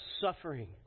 suffering